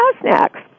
snacks